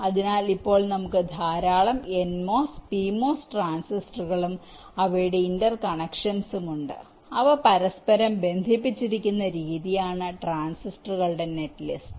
അതിനാൽ ഇപ്പോൾ നമുക്ക് ധാരാളം എൻമോസ് പിമോസ് ട്രാൻസിസ്റ്ററുകളും അവയുടെ ഇന്റർകണക്ഷൻസും ഉണ്ട് അവ പരസ്പരം ബന്ധിപ്പിച്ചിരിക്കുന്ന രീതിയാണ് ട്രാൻസിസ്റ്ററുകളുടെ നെറ്റ്ലിസ്റ്റ്